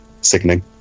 sickening